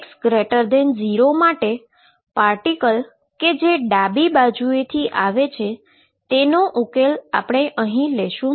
x0 માટે particle કે જે ડાબી બાજુએથી આવે છે તેનો ઉકેલ આપણે અહી લેશું નહી